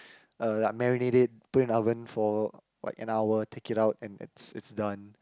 uh like marinate it put it in oven for like an hour take it out and that it's it's done